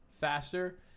faster